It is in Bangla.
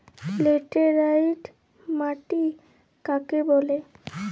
লেটেরাইট মাটি কাকে বলে?